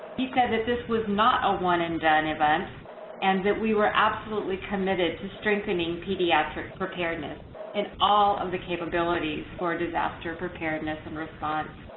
he said that this was not a one and done event and that we were absolutely committed to strengthening pediatric preparedness in all of the capabilities for disaster preparedness and response.